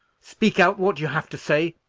speak out what you have to say,